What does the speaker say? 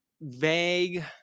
vague